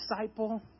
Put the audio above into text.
disciple